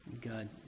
God